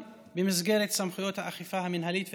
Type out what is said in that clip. במסגרת סמכויות האכיפה המינהלית והפלילית,